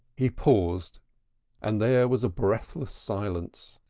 he paused and there was a breathless silence.